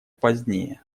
позднее